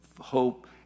hope